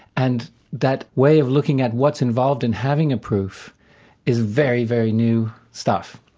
and that way of looking at what's involved in having a proof is very, very new stuff.